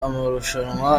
amarushanwa